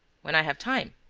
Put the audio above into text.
when i have time.